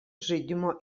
žaidimo